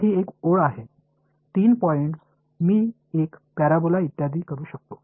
மூன்று புள்ளிகள் நான்கு புள்ளிகளில் நான் ஒரு பரபோலா மற்றும் பல செய்ய முடியும்